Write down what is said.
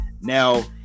Now